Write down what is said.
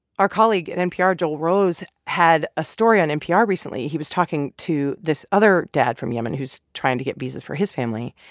our colleague at npr, joel rose, had a story on npr recently. he was talking to this other dad from yemen who's trying to get visas for his family.